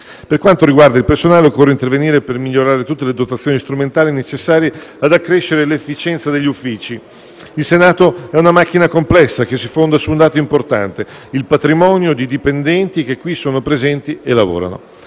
Per quanto riguarda il personale, occorre intervenire per migliorare tutte le dotazioni strumentali necessarie ad accrescere l'efficienza degli Uffici. Il Senato è una macchina complessa che si fonda su un dato importante: il patrimonio di dipendenti che in essa sono presenti e vi lavorano.